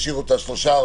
ישאיר אותה ארבעה,